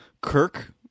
Kirk